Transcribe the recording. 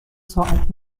ساعت